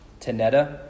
Tanetta